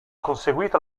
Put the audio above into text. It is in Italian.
conseguito